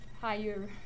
higher